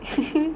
fishing